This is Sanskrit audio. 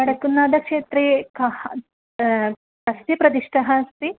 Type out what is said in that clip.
वडक्कुन्नाथक्षेत्रे कः कस्य प्रतिष्ठा अस्ति